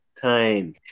time